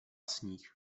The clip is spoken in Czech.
sníh